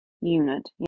unit